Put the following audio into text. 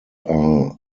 are